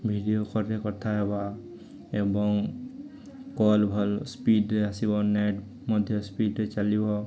video କଲ୍ରେ କଥା ହେବା ଏବଂ କଲ୍ ଭଲ ସ୍ପିଡ଼୍ରେେ ଆସିବ ନେଟ୍ ମଧ୍ୟ ସ୍ପିଡ଼୍ରେ ଚାଲିବ